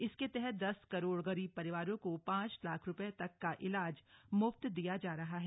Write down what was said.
इसके तहत दस करोड़ गरीब परिवारों को पांच लाख रूपये तक का इलाज मुफ्त दिया जा रहा है